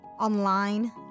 online